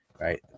right